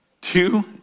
two